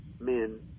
men